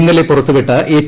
ഇന്നലെ പുറത്തുവിട്ട എച്ച്